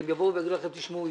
הם יבואו ויגידו לכם: תשמעו,